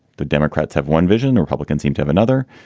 the democrats have one vision. republicans seem to have another.